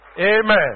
Amen